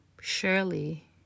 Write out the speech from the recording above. Surely